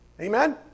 Amen